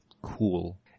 cool